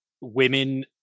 women